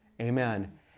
amen